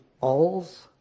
alls